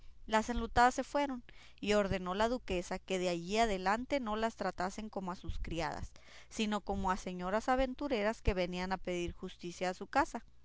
las enlutadas se fueron y ordenó la duquesa que de allí adelante no las tratasen como a sus criadas sino como a señoras aventureras que venían a pedir justicia a su casa